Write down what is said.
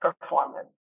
performance